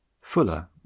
Fuller